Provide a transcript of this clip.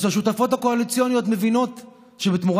אז השותפות הקואליציוניות מבינות שבתמורה